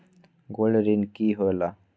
Gold ऋण की होला?